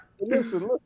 listen